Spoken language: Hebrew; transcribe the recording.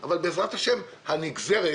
ובעזרת השם נקדיש,